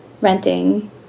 renting